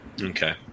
Okay